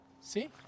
See